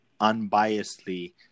unbiasedly